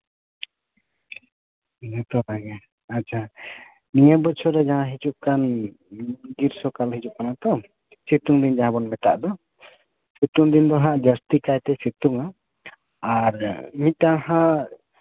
ᱦᱩᱸ ᱛᱚ ᱱᱟᱯᱟᱭ ᱜᱮ ᱟᱪᱪᱷᱟ ᱱᱤᱭᱟᱹ ᱵᱚᱪᱷᱚᱨ ᱨᱮᱱᱟᱜ ᱦᱤᱡᱩᱜ ᱠᱟᱱ ᱜᱨᱤᱥᱚᱠᱟᱞ ᱦᱤᱡᱩᱜ ᱠᱟᱱᱟ ᱛᱚ ᱥᱤᱛᱩᱝ ᱫᱤᱱ ᱡᱟᱦᱟᱸ ᱵᱚᱱ ᱢᱮᱛᱟᱜ ᱫᱚ ᱥᱤᱛᱩᱝ ᱫᱤᱱ ᱫᱚ ᱦᱟᱸᱜ ᱡᱟᱹᱥᱛᱤ ᱠᱟᱭᱛᱮ ᱥᱤᱛᱩᱝᱟ ᱟᱨ ᱢᱤᱫᱴᱟᱝ ᱦᱟᱸᱜ